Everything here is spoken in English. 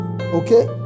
okay